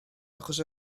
achos